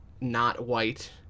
not-white